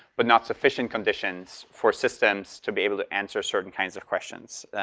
but not sufficient conditions for systems to be able to answer certain kinds of questions.